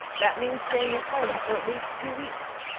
that means staying at home for at least two weeks.